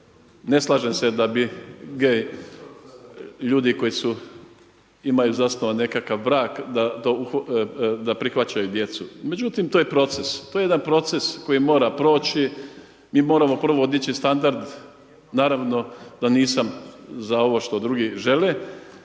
ne slažem se da bi gay ljudi koji su, imaju zasnovan nekakav brak, da prihvaćaju djecu. Međutim, to je proces, to je jedan proces koji mora proći, mi moramo prvo dići standard, naravno da nisam za ovo što drugi žele,